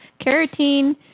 carotene